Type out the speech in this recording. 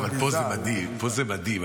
פה זה מדהים, פה זה מדהים.